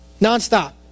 Nonstop